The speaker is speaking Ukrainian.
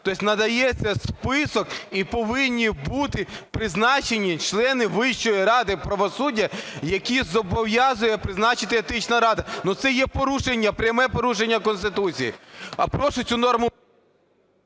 єсть надається список і повинні бути призначені члени Вищої ради правосуддя, яких зобов'язує призначити Етична рада. Це є порушення, пряме порушення Конституції.